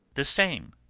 the same,